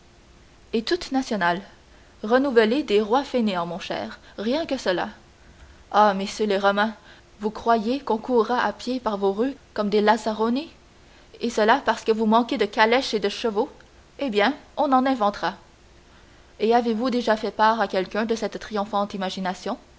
et toute nationale renouvelée des rois fainéants mon cher rien que cela ah messieurs les romains vous croyez qu'on courra à pied par vos rues comme des lazzaroni et cela parce que vous manquez de calèches et de chevaux eh bien on en inventera et avez-vous déjà fait part à quelqu'un de cette triomphante imagination